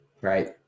Right